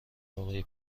آقای